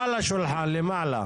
על השולחן, למעלה.